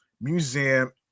museum